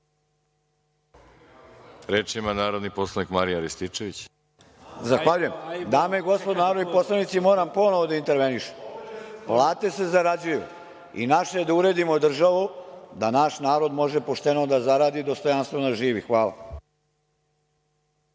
Reč ima narodni poslanik Marijan Rističević. **Marijan Rističević** Zahvaljujem. Dame i gospodo narodni poslanici, moram ponovo da intervenišem. Plate se zarađuju i naše je da uredimo državu da naš narod može pošteno da zaradi i dostojanstveno da živi. Hvala.